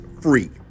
free